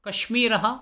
कश्मीरः